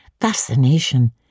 fascination